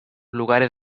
lugares